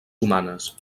humanes